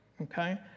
okay